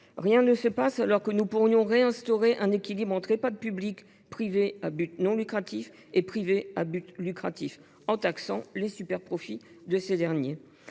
rien ne se passe, alors que nous pourrions réinstaurer un équilibre entre Ehpad publics, Ehpad privés à but non lucratif et Ehpad privés à but lucratif en taxant les superprofits de ces derniers.